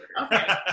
Okay